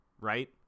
right